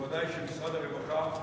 ודאי שמשרד הרווחה,